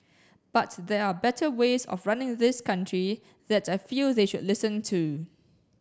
but there are better ways of running this country that I feel they should listen to